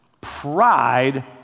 pride